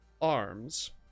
arms